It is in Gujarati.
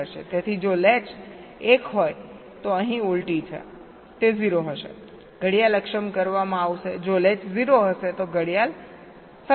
તેથી જો લેચ 1 હોય તો અહીં ઉલટી છે તે 0 હશે ઘડિયાળ અક્ષમ કરવામાં આવશે જો લેચ 0 હશે તો ઘડિયાળ સક્ષમ હશે